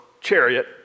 chariot